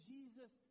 Jesus